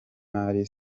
marie